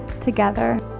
together